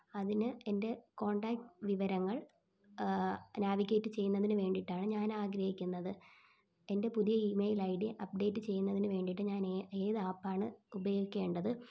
അതിന് എൻ്റെ കോൺടാക്റ്റ് വിവരങ്ങൾ നാവിഗേറ്റ് ചെയ്യുന്നതിന് വേണ്ടീട്ടാണ് ഞാനാഗ്രഹിക്കുന്നത് എൻ്റെ പുതിയ ഈമെയിൽ ഐ ഡി അപ്പ്ഡേറ്റ് ചെയ്യുന്നതിന് വേണ്ടീട്ട് ഞാനീ ഏത് ആപ്പാണ് ഉപയോഗിക്കേണ്ടത്